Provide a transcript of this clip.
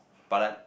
but like